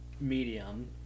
medium